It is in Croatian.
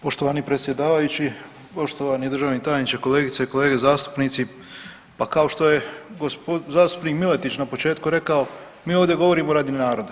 Poštovani predsjedavajući, poštovani državni tajniče, kolegice i kolege zastupnici pa kao što je zastupnik Miletić na početku rekao mi ovdje govorimo radi naroda.